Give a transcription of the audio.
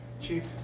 Chief